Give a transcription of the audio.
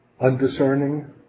undiscerning